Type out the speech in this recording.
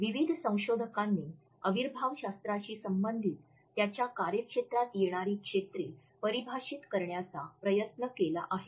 विविध संशोधकांनी अविर्भावशास्त्राशी संबंधित त्याच्या कार्यक्षेत्रात येणारी क्षेत्रे परिभाषित करण्याचा प्रयत्न केला आहे